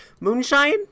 Moonshine